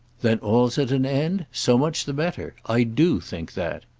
then all's at an end? so much the better. i do think that!